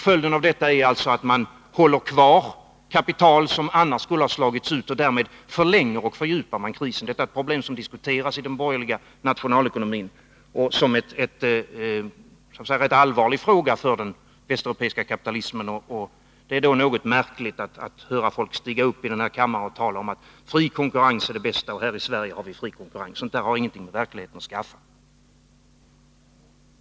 Följden av detta är alltså att man håller kvar kapital som annars skulle ha slagits ut. Därmed förlänger och fördjupar man krisen. Detta är problem som diskuteras i den borgerliga nationalekonomin som en rätt allvarlig fråga för den västeuropeiska kapitalismen. Det är då något märkligt att höra folk i den här kammaren tala om att fri konkurrens är det bästa och att vi här i Sverige har fri konkurrens. Sådant där har ingenting med verkligheten att skaffa.